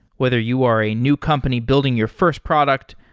whether you are a new company building your first product,